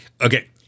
okay